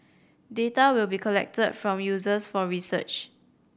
data will be collected from users for research